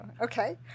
Okay